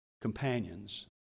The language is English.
companions